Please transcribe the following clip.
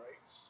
Right